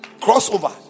crossover